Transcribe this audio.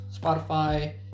Spotify